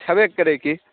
छयबे करै की